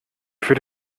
für